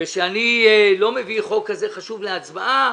ושאני לא מביא חוק כזה חשוב להצבעה